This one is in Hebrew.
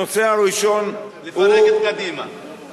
הראשון, לפרק את קדימה.